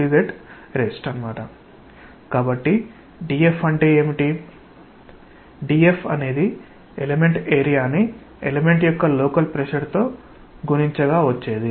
కాబట్టి dF అంటే ఏమిటి dF అనేది ఎలెమెంటల్ ఏరియా ని ఎలెమెంట్ యొక్క లోకల్ ప్రెషర్ తో గుణించగా వచ్చేది